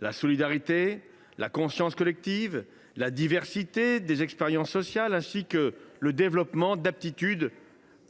la solidarité, la conscience collective, la diversité des expériences sociales ainsi que le développement d’aptitudes